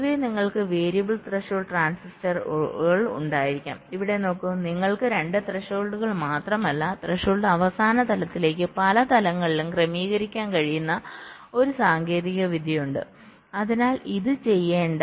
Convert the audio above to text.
പൊതുവേ നിങ്ങൾക്ക് variable threshold ട്രാൻസിസ്റ്ററുകൾ ഉണ്ടായിരിക്കാം ഇവിടെ നോക്കൂ നിങ്ങൾക്ക് രണ്ട് ത്രെഷോൾഡുകൾ മാത്രമല്ല ത്രെഷോൾഡ് അവസാന തലത്തിലേക്ക് പല തലങ്ങളിലേക്കും ക്രമീകരിക്കാൻ കഴിയുന്ന ഒരു സാങ്കേതികവിദ്യയുണ്ട്